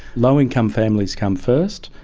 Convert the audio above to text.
low income families come first,